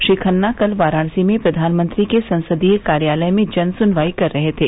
श्री खन्ना कल वाराणसी में प्रधानमंत्री के संसदीय कार्यालय में जन सुनवाई कर रहे थे